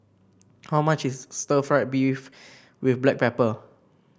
how much is Stir Fried Beef with Black Pepper